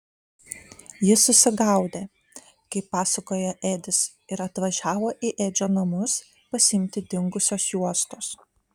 jis susigaudę kaip pasakojo edis ir atvažiavo į edžio namus pasiimti dingusios juostos